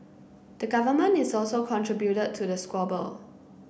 the government is also contributed to the squabble